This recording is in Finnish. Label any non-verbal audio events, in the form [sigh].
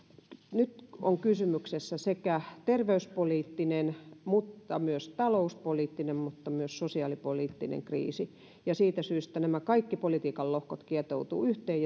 nyt on kysymyksessä sekä terveyspoliittinen mutta myös talouspoliittinen ja myös sosiaalipoliittinen kriisi ja siitä syystä nämä kaikki politiikan lohkot kietoutuvat yhteen [unintelligible]